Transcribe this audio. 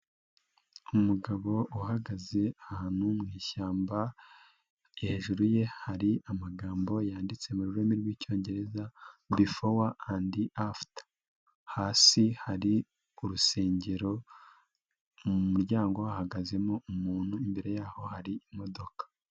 Umugabo uhagaze ahantu mu ishyamba, hejuru ye hari amagambo yanditse mu rurimi rw'icyongereza bifowa andi fasiti, hasi hari urusengero, mu muryango ahagazemo umuntu, imbere yaho hari imodoka.